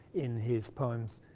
in his poems